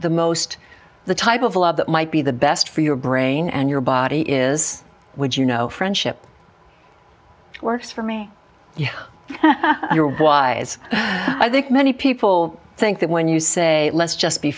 the most the type of love that might be the best for your brain and your body is would you know friendship works for me you are wise i think many people think that when you say let's just be